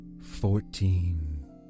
Fourteen